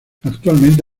actualmente